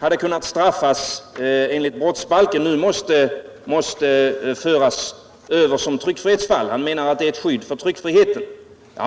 hade kunnat straffas enligt brottsbalken nu måste straffas enligt tryckfrihetsförordningen. Han anser att det är ett skydd för tryckfriheten.